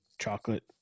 chocolate